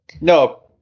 No